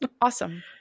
Awesome